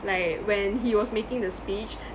like when he was making the speech